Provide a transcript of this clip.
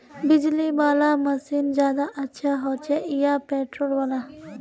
बिजली वाला मशीन ज्यादा अच्छा होचे या पेट्रोल वाला?